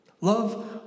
Love